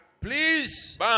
Please